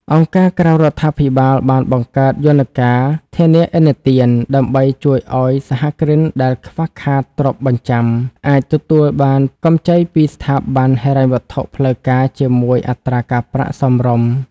អង្គការក្រៅរដ្ឋាភិបាលបានបង្កើតយន្តការ "ធានាឥណទាន" ដើម្បីជួយឱ្យសហគ្រិនដែលខ្វះខាតទ្រព្យបញ្ចាំ អាចទទួលបានកម្ចីពីស្ថាប័នហិរញ្ញវត្ថុផ្លូវការជាមួយអត្រាការប្រាក់សមរម្យ។